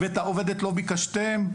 ואת האובדת לא ביקשתם,